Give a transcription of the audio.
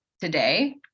today